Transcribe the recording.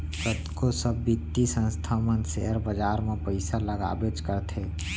कतको सब बित्तीय संस्था मन सेयर बाजार म पइसा लगाबेच करथे